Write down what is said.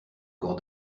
corps